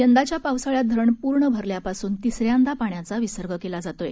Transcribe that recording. यंदाच्या पावसाळ्यात धरण पूर्ण भरल्यापासून तिसऱ्यांदा पाण्याचा विसर्ग केला जात आहे